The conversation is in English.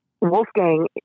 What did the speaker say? Wolfgang